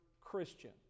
christian